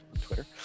Twitter